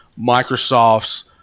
Microsoft's